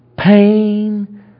Pain